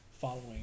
following